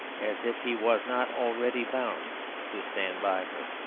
as if he was not already bound to stand by her,